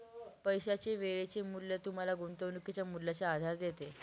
पैशाचे वेळेचे मूल्य तुम्हाला गुंतवणुकीच्या मूल्याचा आधार देते